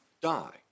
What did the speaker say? die